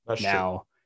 now